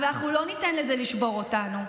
אבל אנחנו לא ניתן לזה לשבור אותנו.